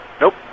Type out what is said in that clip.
Nope